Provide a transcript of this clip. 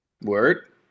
Word